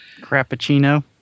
Cappuccino